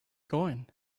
going